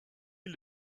est